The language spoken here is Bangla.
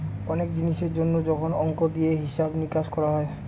অনেক জিনিসের জন্য যখন অংক দিয়ে হিসাব নিকাশ করা হয়